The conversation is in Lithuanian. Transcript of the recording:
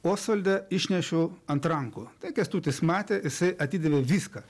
osvaldą išnešiau ant rankų tai kęstutis matė jisai atidavė viską